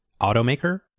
automaker